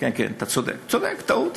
אתה צודק, טעות.